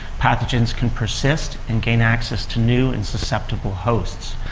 pathogens can persist and gain access to new and susceptible hosts.